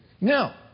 now